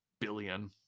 billion